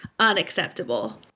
unacceptable